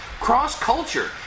cross-culture